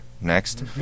next